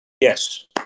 Yes